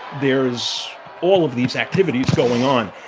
there's all of these activities going on.